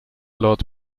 lot